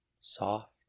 soft